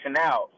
out